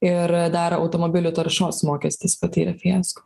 ir dar automobilių taršos mokestis patyrė fiasko